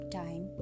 time